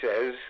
says